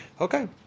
Okay